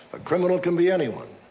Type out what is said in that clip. a criminal can be anyone,